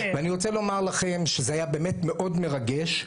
אני רוצה לומר לכם שזה היה באמת מאוד מרגש.